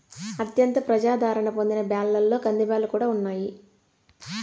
అత్యంత ప్రజాధారణ పొందిన బ్యాళ్ళలో కందిబ్యాల్లు కూడా ఉన్నాయి